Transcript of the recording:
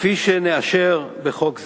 כפי שנאשר בחוק זה,